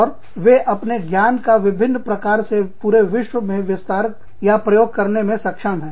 और वे अपने ज्ञान का विभिन्न प्रकार से पूरे विश्व में विस्तार या प्रयोग करने में सक्षम हैं